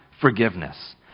forgiveness